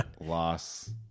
loss